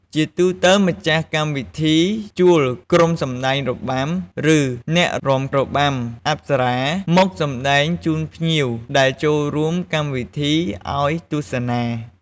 ជាទូទៅ ម្ចាស់កម្មវិធីជួលក្រុមសម្ដែងរបាំ ឬ អ្នករាំរបាំអប្សរាមកសម្ដែងជូនភ្ញៀវដែលចូលរួមកម្មវិធីឱ្យទស្សនា។